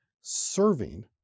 serving